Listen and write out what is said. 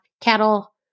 cattle